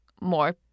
more